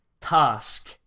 task